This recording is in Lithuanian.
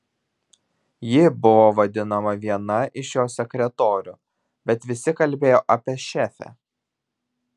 ji buvo vadinama viena iš jo sekretorių bet visi kalbėjo apie šefę